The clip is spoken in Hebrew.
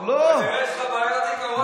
כנראה יש לך בעיות זיכרון.